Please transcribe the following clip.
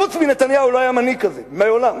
חוץ מנתניהו לא היה מנהיג כזה, מעולם.